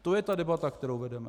To je ta debata, kterou vedeme.